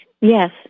Yes